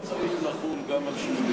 האם זה לא צריך לחול גם על שופטים?